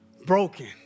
Broken